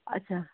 अच्छा